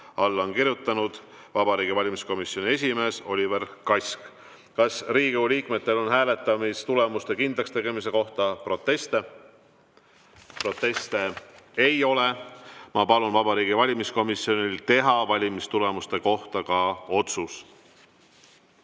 Alla on kirjutanud Vabariigi Valimiskomisjoni esimees Oliver Kask. Kas Riigikogu liikmetel on hääletamistulemuste kindlakstegemise kohta proteste? Proteste ei ole. Ma palun Vabariigi Valimiskomisjonil teha valimistulemuste kohta ka otsus.